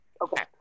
okay